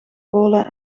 polen